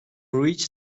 reach